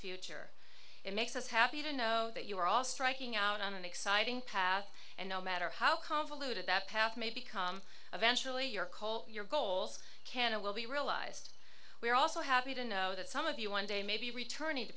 future it makes us happy to know that you are all striking out on an exciting path and no matter how convoluted that path may become eventually your call your goals can and will be realized we are also happy to know that some of you one day may be returning to